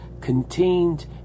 contained